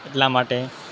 એટલા માટે